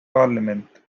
parliament